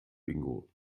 bingo